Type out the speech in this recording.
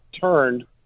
turned